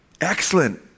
Excellent